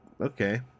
okay